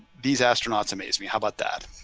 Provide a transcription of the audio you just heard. these astronauts amaze me. how about that?